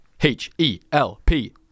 H-E-L-P